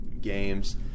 games